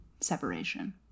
separation